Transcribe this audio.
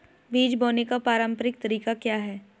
बीज बोने का पारंपरिक तरीका क्या है?